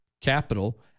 capital